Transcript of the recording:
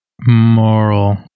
Moral